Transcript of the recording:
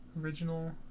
Original